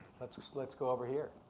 let's ah let's go over here.